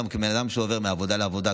בן אדם שעובר מעבודה לעבודה,